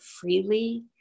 freely